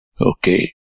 Okay